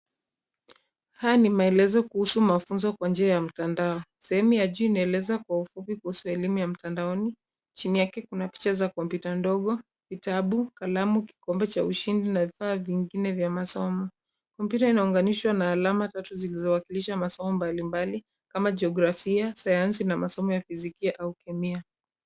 Haya ni maelezo kuhusu mafunzo kwa njia ya mtandao. Sehemu ya juu inaeleza kwa ufupi kuhusu elimu ya mtandaoni .Chini yake kuna picha za kompyuta ndogo, vitabu, kalamu, kikombe cha ushindi ns vifaa vingine vya masomo. Kompyuta inaunganishwa na alama tatu zilizowakilisha masomo mbalimbali kama jiografia, sayanai na masomo ya fizikia au kemia.